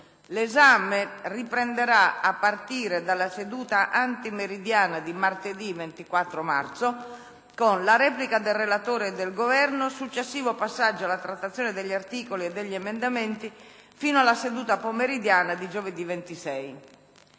L'esame riprenderà a partire dalla seduta antimeridiana di martedì 24 marzo, con le repliche del relatore e del Governo e con il successivo passaggio alla trattazione degli articoli e degli emendamenti fino alla seduta pomeridiana di giovedì 26.